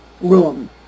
room